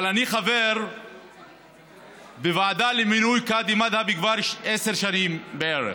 אבל אני חבר בוועדה למינוי קאדי מד'הב כבר עשר שנים בערך.